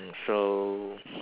so